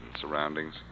surroundings